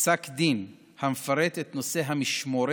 פסק דין המפרט את נושא המשמורת.